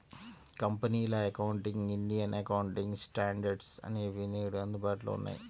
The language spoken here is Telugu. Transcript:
కంపెనీల అకౌంటింగ్, ఇండియన్ అకౌంటింగ్ స్టాండర్డ్స్ అనేవి నేడు అందుబాటులో ఉన్నాయి